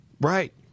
Right